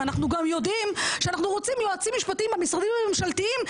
אנחנו גם יודעים שאנחנו רוצים יועצים משפטיים במשרדים הממשלתיים,